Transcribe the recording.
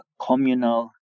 communal